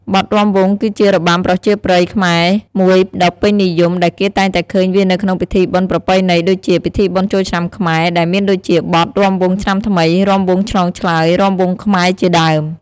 បទរាំវង់ គឺជា របាំប្រជាប្រិយខ្មែរ មួយដ៏ពេញនិយម ហើយគេតែងតែឃើញវានៅក្នុងពិធីបុណ្យប្រពៃណីដូចជា ពិធីបុណ្យចូលឆ្នាំខ្មែរ ដែលមានដូចជាបទ រាំវង់ឆ្នាំថ្មី រាំវង់ឆ្លងឆ្លើយ រាំវង់ខ្មែរ ជាដើម។